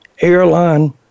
airline